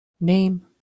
name